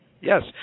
Yes